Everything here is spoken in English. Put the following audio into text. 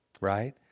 Right